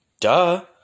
Duh